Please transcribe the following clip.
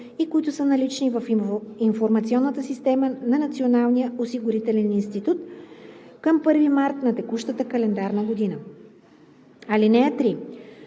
и които са налични в информационната система на Националния осигурителен институт към 1 март на текущата календарна година. (3)